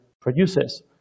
produces